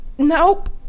Nope